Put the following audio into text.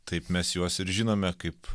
taip mes juos ir žinome kaip